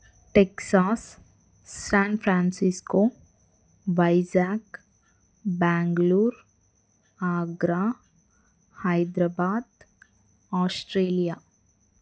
Texas San Francisco Vizag Bengaluru Agra Hyderabad Australia